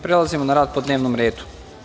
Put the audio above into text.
Prelazimo na rad po dnevnom redu.